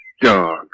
dog